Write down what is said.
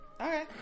Okay